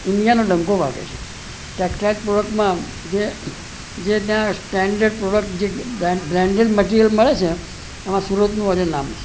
ઇન્ડિયાનો ડંકો વાગે છે ટેક્સટાઈલ પ્રોડક્ટમાં જે જે ત્યાં સ્ટેન્ડડ પ્રોડક્ટ જે બ્રાન્ડેડ મટિરિયલ મળે છે એમાં સુરતનું વધારે નામ છે